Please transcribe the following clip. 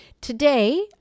Today